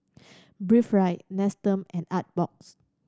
Breathe Right Nestum and Artbox